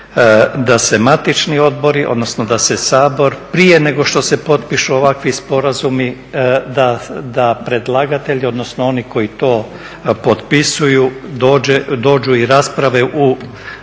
da se matični odbori odnosno da se Sabor prije nego što se potpišu ovakvi sporazumi da predlagatelj odnosno oni koji to potpisuju dođu i rasprave u